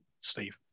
Steve